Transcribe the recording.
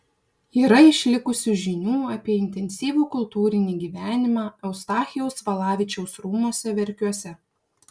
yra išlikusių žinių apie intensyvų kultūrinį gyvenimą eustachijaus valavičiaus rūmuose verkiuose